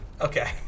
Okay